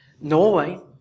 Norway